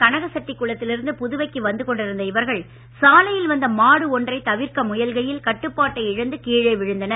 கனகசெட்டிகுளத்தில் இருந்து புதுவைக்கு வந்து கொண்டிருந்த இவர்கள் சாலையில் வந்த மாடு ஒன்றை தவிர்க்க முயல்கையில் கட்டுப்பாட்டை இழந்து கீழே விழுந்தனர்